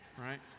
right